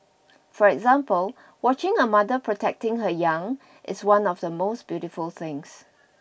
for example watching a mother protecting her young is one of the most beautiful things